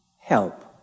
help